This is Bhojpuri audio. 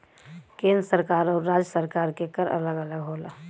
केंद्र सरकार आउर राज्य सरकार के कर अलग अलग होला